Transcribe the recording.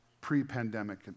pre-pandemic